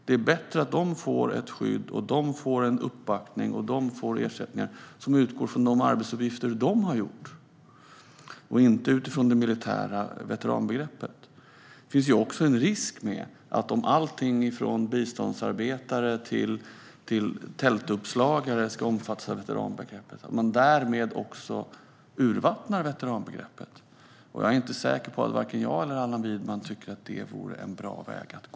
Det är bättre att de får skydd, uppbackning och ersättningar som utgår från de arbetsuppgifter de har utfört och inte utifrån det militära veteranbegreppet. Om alla från biståndsarbetare till tältuppslagare ska omfattas av veteranbegreppet finns det också en risk för att man därmed urvattnar veteranbegreppet. Jag är inte säker på att vare sig jag själv eller Allan Widman tycker att det vore en bra väg att gå.